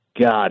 God